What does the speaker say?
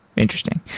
interesting.